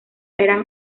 eran